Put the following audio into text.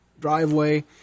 driveway